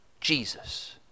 Jesus